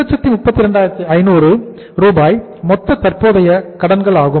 232500 ரூபாய் மொத்த தற்போதைய கடன்கள் ஆகும்